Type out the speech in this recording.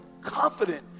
confident